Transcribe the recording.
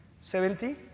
Seventy